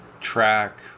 track